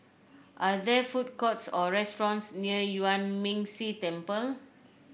are there food courts or restaurants near Yuan Ming Si Temple